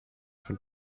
von